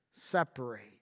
separate